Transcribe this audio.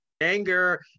Anger